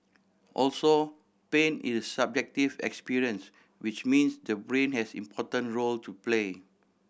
also pain is subjective experience which means the brain has important role to play